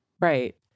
Right